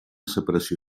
separació